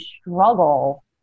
struggle